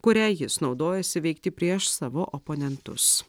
kuria jis naudojasi veikti prieš savo oponentus